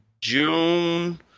June